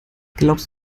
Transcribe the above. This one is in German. glaubst